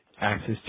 access